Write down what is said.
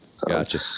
Gotcha